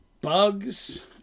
bugs